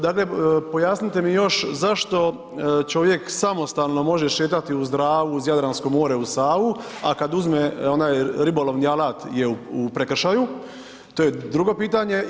Dakle, pojasnite mi još zašto čovjek samostalno može šetati uz Dravu, uz Jadransko more, uz Savu, a kad uzme onaj ribolovni alat je u prekršaju, to je drugo pitanje.